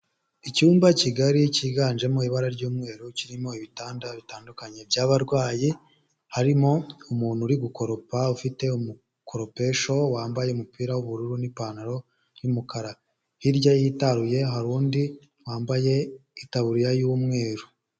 Icyumba kigari cyiganjemo ibara ry'umweru, kirimo ibitanda bitandukanye by'abarwayi, harimo umuntu uri gukoropa, ufite umukoropesho, wambaye umupira w'ubururu n'ipantaro y'umukara. Hirya ye hitaruye hari undi wambaye itaburiya y'umweru.